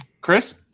Chris